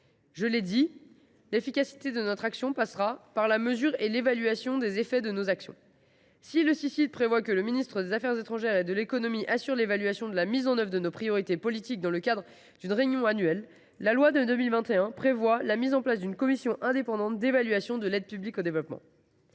Je l’ai dit, l’efficacité de notre politique dépendra de l’évaluation des effets de nos actions. Si le Cicid a décidé que les ministres des affaires étrangères et de l’économie assurent l’évaluation de la mise en œuvre de nos priorités politiques dans le cadre d’une réunion annuelle, la loi de 2021 prévoit pour sa part la mise en place d’une commission indépendante d’évaluation de l’aide publique au développement.